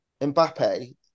Mbappe